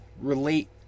relate